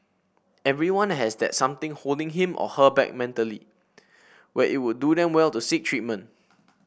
everyone has that something holding him or her back mentally where it would do them well to seek treatment